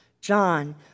John